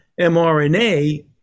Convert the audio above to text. mrna